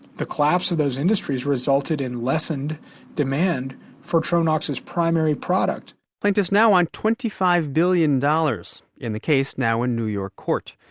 the collapse of those industries resulted in lessened demand for tronox's primary product plaintiffs now want twenty five billion dollars in the case now in a new york court.